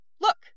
Look